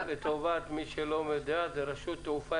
רשות התעופה